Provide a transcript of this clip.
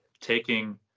taking